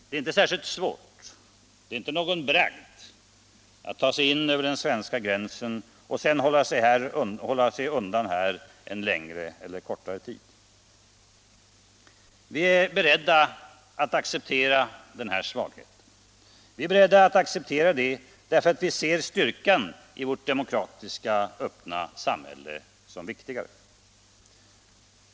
Det är inte särskilt svårt och det är inte någon bragd att ta sig in över den svenska gränsen och sedan hålla sig undan här en längre eller kortare tid. Vi är beredda att acceptera denna svaghet därför att vi ser styrkan i den demokratiska öppenheten som viktigare.